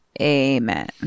Amen